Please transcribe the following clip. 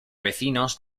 vecinos